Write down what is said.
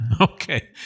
Okay